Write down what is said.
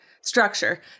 structure